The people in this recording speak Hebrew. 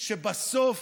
שבסוף,